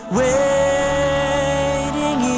waiting